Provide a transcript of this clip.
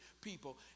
people